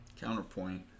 counterpoint